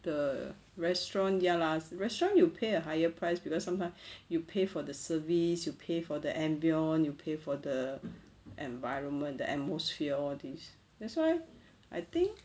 the restaurant ya lah restaurant you pay a higher price cause somehow you pay for the service you pay for the ambience you pay for the environment the atmosphere all these that's why I think